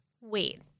wait